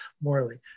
Morally